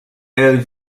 elles